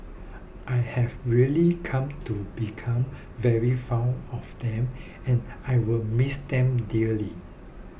I have really come to become very fond of them and I will miss them dearly